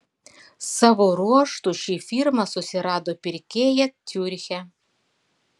savo ruožtu ši firma susirado pirkėją ciuriche